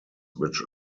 which